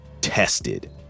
tested